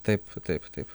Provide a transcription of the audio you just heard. taip taip taip